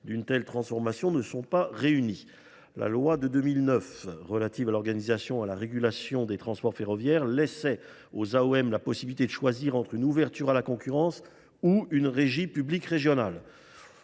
d’une telle transformation ne sont pas réunies. La loi de 2009 relative à l’organisation et à la régulation des transports ferroviaires laissait aux AOM la possibilité de choisir entre une ouverture à la concurrence ou une régie publique régionale.